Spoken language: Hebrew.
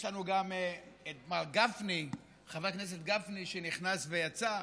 יש לנו גם את חבר הכנסת גפני שנכנס ויצא.